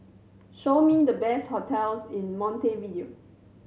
show me the best hotels in Montevideo